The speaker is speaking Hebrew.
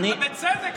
בצדק,